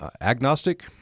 agnostic